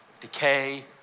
decay